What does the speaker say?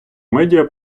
медіа